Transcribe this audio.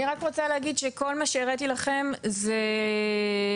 אני רק רוצה להגיד שכל מה שהראיתי לכם זה ממש